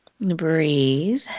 Breathe